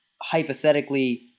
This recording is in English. hypothetically